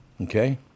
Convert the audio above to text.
okay